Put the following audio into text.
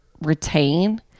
retain